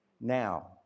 Now